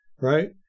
right